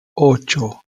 ocho